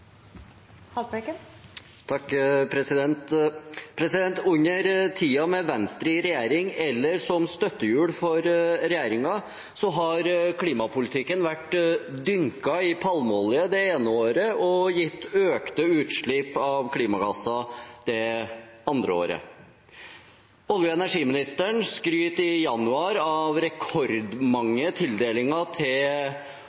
Under tiden med Venstre i regjering eller som støttehjul for regjeringen har klimapolitikken vært dynket i palmeolje det ene året og gitt økte utslipp av klimagasser det andre året. Olje- og energiministeren skrøt i januar av rekordmange